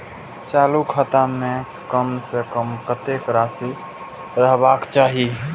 चालु खाता में कम से कम कतेक राशि रहबाक चाही?